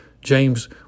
James